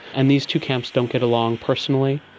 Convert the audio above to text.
and these two camps don't get along personally,